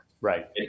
Right